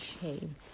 shame